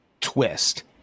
twist